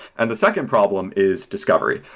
and the second problem is discovery.